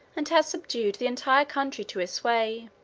and had subdued the entire country to his sway.